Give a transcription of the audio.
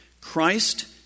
Christ